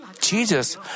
Jesus